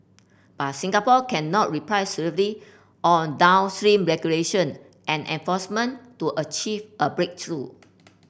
but Singapore cannot reply solely on downstream regulation and enforcement to achieve a breakthrough